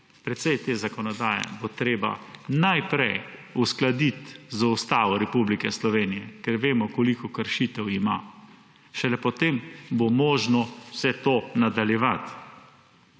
precej te zakonodaje bo treba najprej uskladiti z Ustavo Republike Slovenije, ker vemo, koliko kršitev ima. Šele potem bo možno vse to nadaljevati.